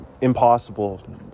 impossible